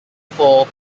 four